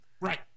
Right